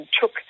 took